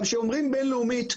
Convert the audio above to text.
גם כשאומרים בינלאומית,